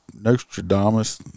Nostradamus